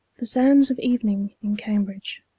the sounds of evening in cambridge.